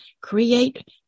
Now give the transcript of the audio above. create